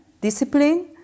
discipline